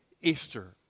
Easter